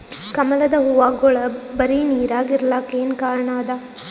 ಕಮಲದ ಹೂವಾಗೋಳ ಬರೀ ನೀರಾಗ ಇರಲಾಕ ಏನ ಕಾರಣ ಅದಾ?